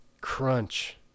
crunch